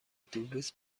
اتوبوس